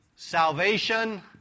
Salvation